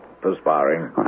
perspiring